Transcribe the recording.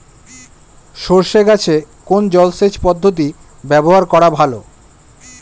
সরষে গাছে কোন জলসেচ পদ্ধতি ব্যবহার করা ভালো?